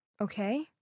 okay